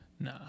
Nah